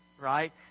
Right